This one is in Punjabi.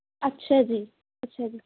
ਅੱਛਾ ਜੀ ਅੱਛਾ ਜੀ